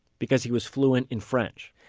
because he was fluent in french.